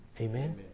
Amen